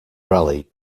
raleigh